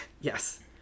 Yes